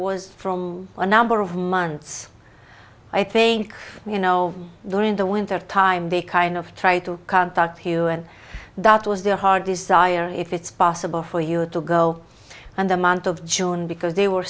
was from a number of months i think you know during the winter time they kind of tried to contact you and that was their hard desire if it's possible for you to go and the month of june because they were